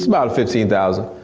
about a fifteen thousand,